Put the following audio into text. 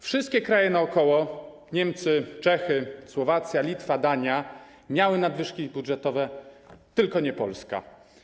Wszystkie kraje naokoło, Niemcy, Czechy, Słowacja, Litwa, Dania, miały nadwyżki budżetowe, tylko nie Polska.